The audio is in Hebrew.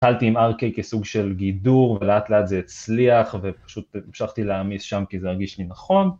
התחלתי עם Ark כסוג של גידור ולאט לאט זה הצליח ופשוט המשכתי להעמיס שם כי זה הרגיש לי נכון